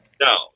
No